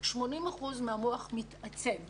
80 אחוזים מהמוח מתעצם.